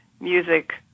music